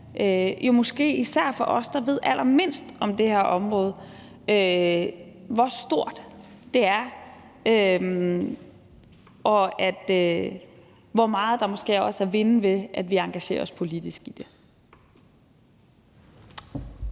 måske især for os, der ved allermindst om det her område; hvor stort det er, og hvor meget der måske også er at vinde, ved at vi engagerer os politisk i det.